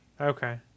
Okay